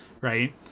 right